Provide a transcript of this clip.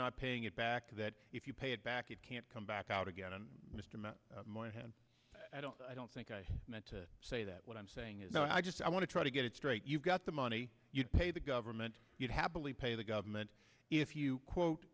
not paying it back that if you pay it back you can't come back out again and mr met moynihan i don't i don't think i meant to say that what i'm saying is no i just i want to try to get it straight you've got the money you pay the government you'd happily pay the government if you quote